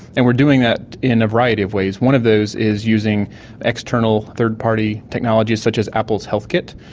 and we are doing that in a variety of ways. one of those is using external third party technologies such as apple's healthkit,